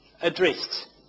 addressed